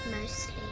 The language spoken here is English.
mostly